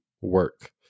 work